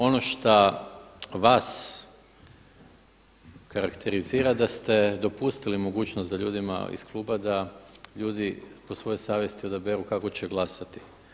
Ono što vas karakterizira da ste dopustili mogućnost da ljudima iz kluba da ljudi po svojoj savjesti odaberu kako će glasati.